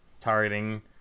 targeting